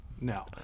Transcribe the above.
no